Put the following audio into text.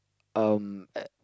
um